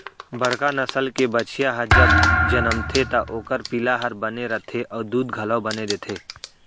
बड़का नसल के बछिया ह जब जनमथे त ओकर पिला हर बने रथे अउ दूद घलौ बने देथे